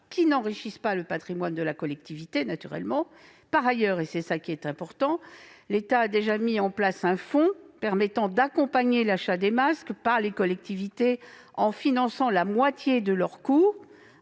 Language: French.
qui n'enrichissent pas le patrimoine de la collectivité. Par ailleurs, et c'est cela qui est important, l'État a déjà mis en place un fonds permettant d'accompagner l'achat des masques par les collectivités, en finançant la moitié de leur coût,